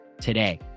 today